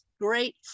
great